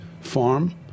farm